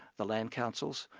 the land councils,